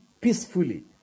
peacefully